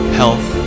health